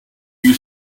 you